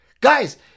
Guys